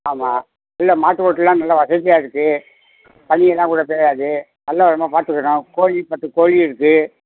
ஆமாம் இல்லை மாட்டுக் கொட்லெலாம் நல்லா வசதியாக இருக்குது பனியெல்லாம் கூட பெய்யாது நல்ல விதமாக பார்த்துக்குறோம் கோழி பத்து கோழி இருக்குது